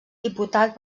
diputat